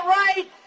right